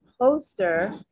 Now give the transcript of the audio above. poster